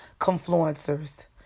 Confluencers